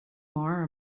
more